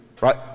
right